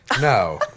No